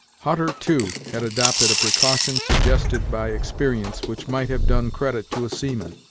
hutter, too, had adopted a precaution suggested by experience, which might have done credit to a seaman,